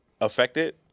affected